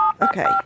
Okay